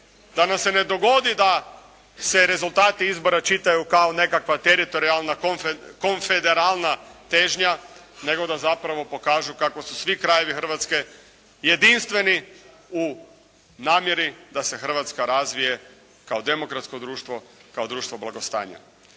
da nam se ne dogodi da se rezultati izbora čitaju kao nekakva teritorijalna konfederalna težnja nego da zapravo pokažu kako su svi krajevi Hrvatske jedinstveni u namjeri da se Hrvatska razvije kao demokratsko društvo, kao društvo blagostanja.